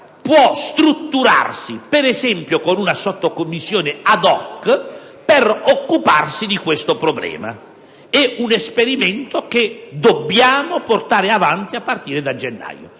può strutturarsi - ad esempio, con una sottocommissione *ad hoc* - per occuparsi di tale tema. È un esperimento che dobbiamo portare avanti a partire dal gennaio